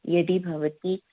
यदि भवति